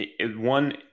One